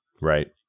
Right